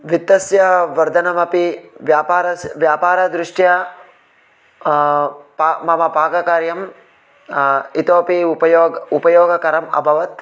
वित्तस्य वर्धनमपि व्यापरं व्यापारदृष्ट्या पा मम पाककार्यं इतोपि उपयोगं उपयोगकरम् अभवत्